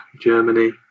Germany